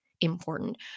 important